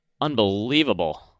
Unbelievable